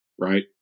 right